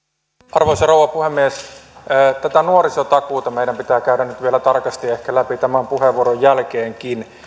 arvoisa rouva puhemies tätä nuorisotakuuta meidän pitää käydä nyt vielä tarkasti ehkä läpi tämän puheenvuoron jälkeenkin